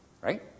right